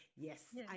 Yes